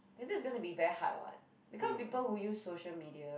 then that's gonna be very hard [what] because people won't use social media